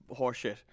horseshit